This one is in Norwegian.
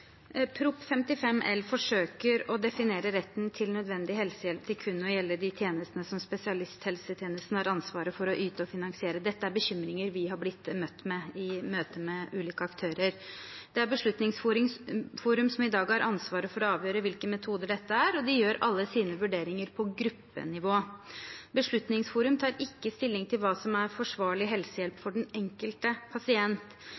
Prop. 55 L forsøker å definere retten til nødvendig helsehjelp til kun å gjelde de tjenestene som spesialisthelsetjenesten har ansvaret for å yte og finansiere. Dette er bekymringer vi har blitt møtt med i møte med ulike aktører. Det er Beslutningsforum som i dag har ansvaret for å avgjøre hvilke metoder dette er, og de gjør alle sine vurderinger på gruppenivå. Beslutningsforum tar ikke stilling til hva som er forsvarlig helsehjelp for den enkelte pasient.